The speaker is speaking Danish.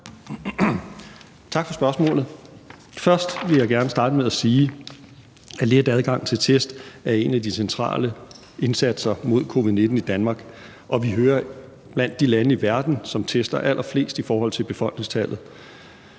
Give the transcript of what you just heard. Tak for spørgsmålet. Først vil jeg gerne starte med at sige, at let adgang til test er en af de centrale indsatser mod covid-19 i Danmark, og vi hører til blandt de lande i verden, som tester allerflest i forhold til befolkningstallet.